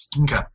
Okay